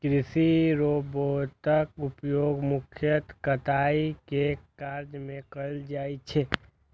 कृषि रोबोटक उपयोग मुख्यतः कटाइ के काज मे कैल जाइ छै